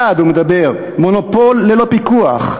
1. הוא מדבר, מונופול ללא פיקוח.